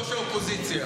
נורתה בפנים,